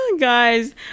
Guys